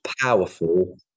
powerful